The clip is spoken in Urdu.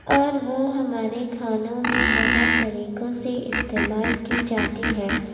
اور وہ ہمارے کھانوں میں بھی بہت طریقوں سے استعمال کی جاتی ہے